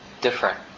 different